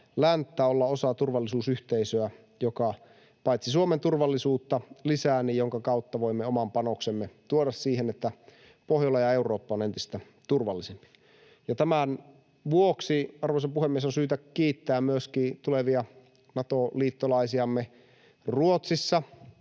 länttä, olla osa turvallisuusyhteisöä, joka lisää Suomen turvallisuutta ja jonka kautta voimme oman panoksemme tuoda siihen, että Pohjola ja Eurooppa ovat entistä turvallisempia. Ja tämän vuoksi, arvoisa puhemies, on syytä kiittää myöskin tulevia Nato-liittolaisiamme Ruotsissa.